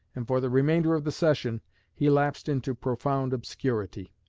and for the remainder of the session he lapsed into profound obscurity.